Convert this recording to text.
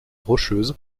rocheuses